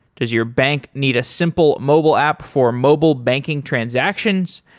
does your bank need a simple mobile app for mobile banking transactions?